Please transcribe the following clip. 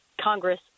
Congress